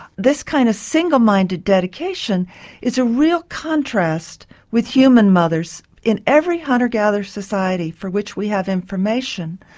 this kind of single-minded dedication is a real contrast with human mothers. in every hunter gatherer society for which we have information,